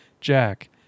jack